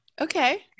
Okay